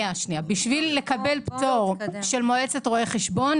בשביל לקבל פטור של מועצת רואי החשבון,